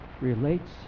relates